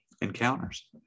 encounters